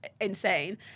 insane